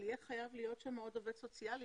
אבל יהיה חייב להיות שם עוד עובד סוציאלי.